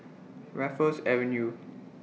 Raffles Avenue